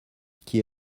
qui